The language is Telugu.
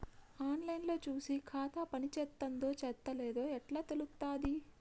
ఆన్ లైన్ లో చూసి ఖాతా పనిచేత్తందో చేత్తలేదో ఎట్లా తెలుత్తది?